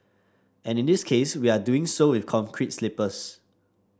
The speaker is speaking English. and in this case we are doing so with concrete sleepers